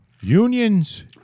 unions